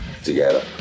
Together